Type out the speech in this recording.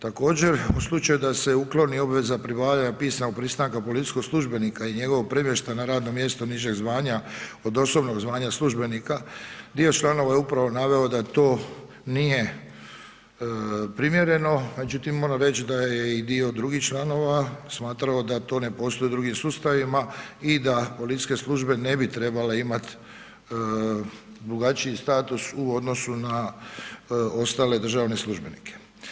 Također, u slučaju da se ukloni obveza pribavljanja pisanog pristanka policijskog službenika i njegovog premještaja na radno mjesto nižeg zvanja od osobnog zvanja službenika dio članova je upravo naveo da to nije primjereno, međutim moram reći da je i dio drugih članova smatrao da to ne postoji u drugim sustavima i da policijske službe ne bi trebale imati drugačiji status u odnosu na ostale državne službenike.